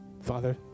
Father